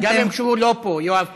גם כשהוא לא פה, יואב קיש.